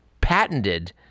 patented